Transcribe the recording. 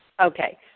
Okay